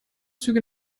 züge